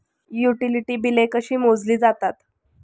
Utility बिले कशी मोजली जातात?